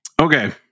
Okay